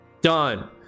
done